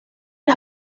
las